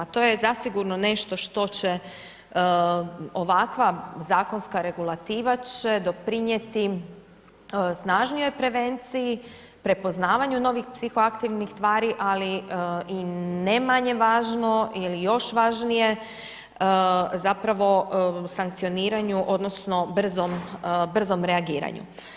To je zasigurno nešto što će ovakva zakonska regulativa će doprinijeti snažnijoj prevenciji, prepoznavanju novih psihoaktivnih tvari, ali i ne manje važno ili još važnije zapravo sankcioniranju odnosno brzom reagiranju.